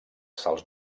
salts